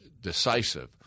decisive